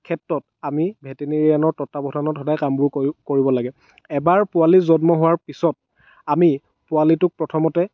ক্ষেত্ৰত আমি ভেটেনেৰিয়ানৰ তত্ত্বাৱধানত সদায় কামবোৰ কৰি কৰিব লাগে এবাৰ পোৱালি জন্ম হোৱাৰ পিছত আমি পোৱালিটোক প্ৰথমতে